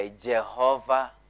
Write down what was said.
Jehovah